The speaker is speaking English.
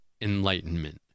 enlightenment